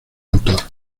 autor